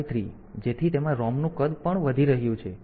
8953 જેથી તેમાં ROM નું કદ વધુ વધી રહ્યું છે